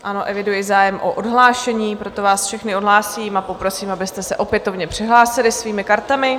Ano, eviduji zájem o odhlášení, proto vás všechny odhlásím a poprosím, abyste se opětovně přihlásili svými kartami.